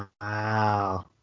wow